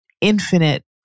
infinite